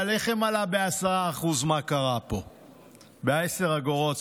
כשהלחם עלה ב-10% ב-10 אגורות,